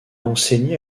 enseigné